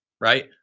right